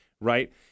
right